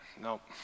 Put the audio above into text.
nope